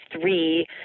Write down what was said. three